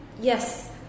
Yes